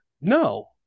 No